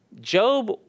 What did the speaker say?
Job